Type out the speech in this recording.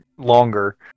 Longer